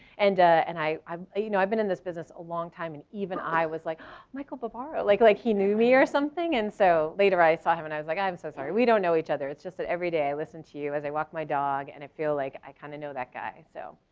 and and i've ah you know i've been in this business a long time and even i was like michael barbaro, like like he knew me or something and so later, i saw him and i was like, i'm so sorry we don't know each other. it's just that every day i listened to you as i walk my dog, and if it feel like i kinda know that guy. so